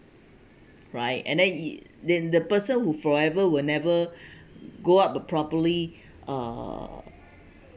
right and then e~ then the person who forever would never go up the properly uh